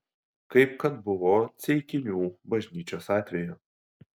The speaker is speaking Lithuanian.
kaip kad buvo ceikinių bažnyčios atveju